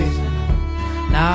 Now